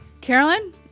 Carolyn